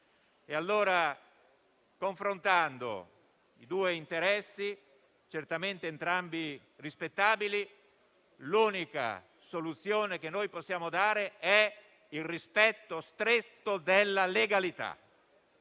Parlamento. Confrontando i due interessi, certamente entrambi rispettabili, l'unica soluzione che noi possiamo dare è il rispetto stretto della legalità.